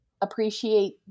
appreciate